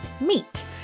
Meet